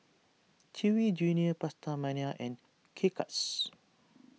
Chewy Junior PastaMania and K Cuts